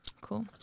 Cool